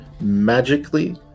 magically